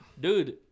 dude